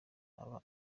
aba